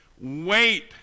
wait